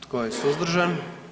Tko je suzdržan?